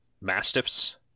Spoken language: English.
mastiffs